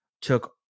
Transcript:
took